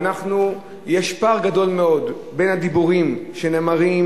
יש פער גדול מאוד בין הדיבורים שנאמרים